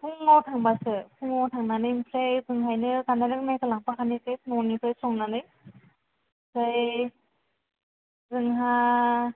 फुंआव थांबासो फुंआव थांनानै ओमफ्राय हजोंहायनो जानाय लोंनायखौ लांफाखानोसै न'निफ्राय संनानै ओमफ्राय जोंहा